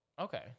Okay